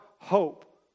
hope